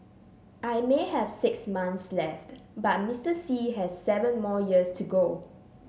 I may have six months left but Mr Xi has seven more years to go